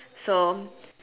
so